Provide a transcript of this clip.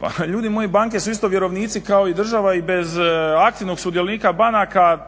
Pa ljudi moji banke su isto vjerovnici kao i država i bez aktivnog sudionika banaka